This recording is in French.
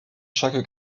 chaque